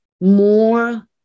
more